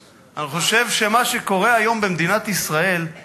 אני חושב שמה שקורה היום במדינת ישראל זה